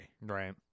Right